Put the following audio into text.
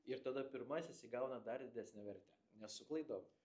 ir tada pirmasis įgauna dar didesnę vertę nes su klaidom